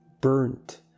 burnt